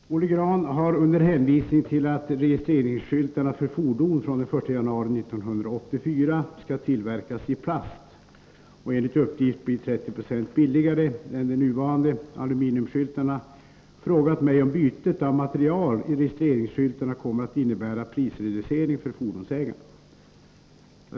Herr talman! Olle Grahn har under hänvisning till att registreringsskyltarna för fordon från den 1 januari 1984 skall tillverkas i plast och enligt uppgift blir 30 26 billigare än de nuvarande aluminiumskyltarna frågat mig om bytet av material i registreringsskyltarna kommer att innebära prisreducering för fordonsägarna.